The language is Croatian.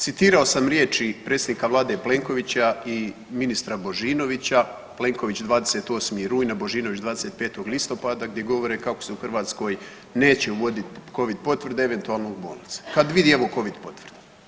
Citirao sam riječi predsjednika vlade Plenkovića i ministra Božinovića, Plenković 28. rujna, Božinović 25. listopada gdje govore kako se u Hrvatskoj neće uvodit Covid potvrde eventualno u bolnicama, kad vidi evo Covid potvrda.